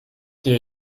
gehe